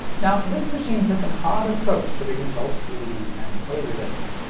now, this machine took an odd approach to reading both dvds and laserdiscs.